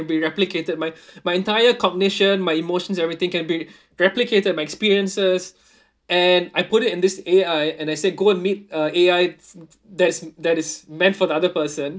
be replicated my my entire cognition my emotions everything can be replicated my experiences and I put it in this A_I and I say go and meet uh A_I that's that is meant for the other person